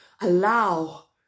allow